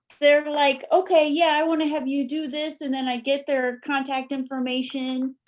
they're like, okay, yeah, i wanna have you do this and then i get their contact information,